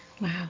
Wow